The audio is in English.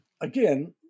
Again